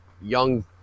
young